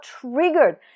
triggered